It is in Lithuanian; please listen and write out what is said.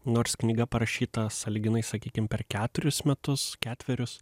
nors knyga parašyta sąlyginai sakykim per keturis metus ketverius